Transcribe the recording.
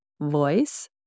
voice